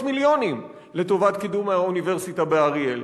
מיליונים לטובת קידום האוניברסיטה באריאל.